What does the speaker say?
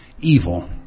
Evil